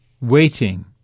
waiting